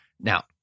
Now